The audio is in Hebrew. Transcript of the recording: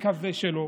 ואני מקווה שלא,